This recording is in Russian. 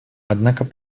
однако